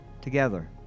Together